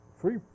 Free